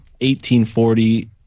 1840